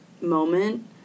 moment